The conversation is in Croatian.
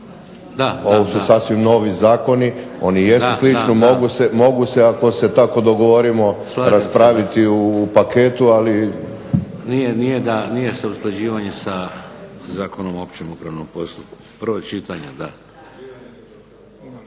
postupku. Ovo su sasvim novi zakoni, oni jesu slični mogu se ako se tako dogovorimo raspraviti u paketu, ali. **Šeks, Vladimir (HDZ)** Da, nije usklađivanje sa Zakonom o općem upravnom postupku. Prvo čitanje, da.